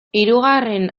hirugarren